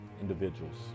individuals